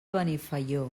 benifaió